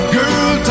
girl